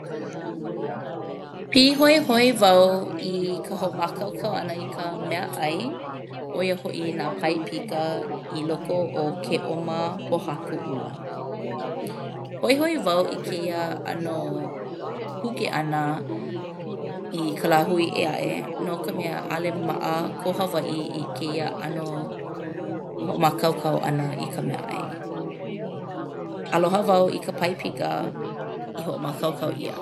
Pīhoihoi wau i ka hoʻomākaukau ʻana i ka meaʻai ʻo ia hoʻi nā paipika i loko o ke ʻoma pōhaku ʻula. Hoihoi wau i kēia ʻano kuke ʻana i ka lāhui ʻē aʻe no ka mea ʻaʻole maʻa kō Hawaiʻi i kēia ʻano hoʻomākaukau ʻana i ka meaʻai. Aloha au i ka paipika i hoʻomākaukau ʻia.